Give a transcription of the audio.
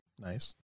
Nice